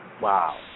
wow